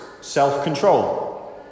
self-control